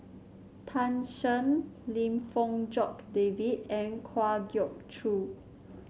Tan Shen Lim Fong Jock David and Kwa Geok Choo